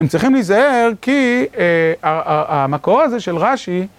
...צריכים להיזהר כי המקור הזה של רש"י..